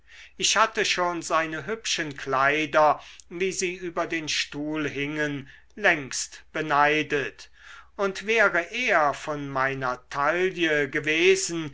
ich hatte schon seine hübschen kleider wie sie über den stuhl hingen längst beneidet und wäre er von meiner taille gewesen